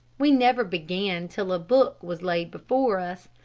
we never began till a book was laid before us.